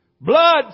blood